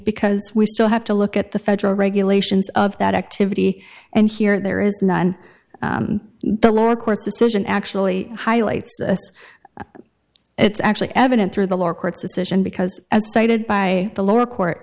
because we still have to look at the federal regulations of that activity and here there is none the lower court's decision actually highlights this it's actually evident through the lower court's decision because as cited by the lower court